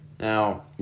Now